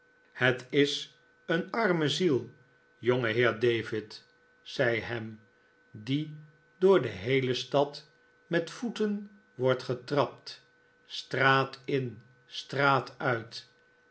het is een arme ziel jongeheer david martha zei ham die door de heele stad met voeten wordt getrapt straat in straat uit